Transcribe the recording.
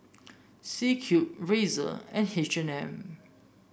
C Cube Razer and H and M